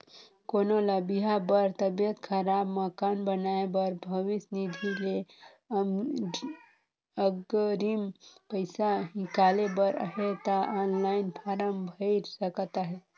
कोनो ल बिहा बर, तबियत खराब, मकान बनाए बर भविस निधि ले अगरिम पइसा हिंकाले बर अहे ता ऑनलाईन फारम भइर सकत अहे